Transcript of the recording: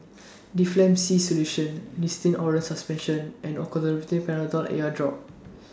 Difflam C Solution Nystatin Oral Suspension and Olopatadine Patanol Eyedrop